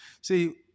See